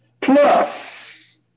plus